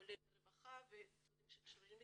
כולל רווחה ודברים שקשורים,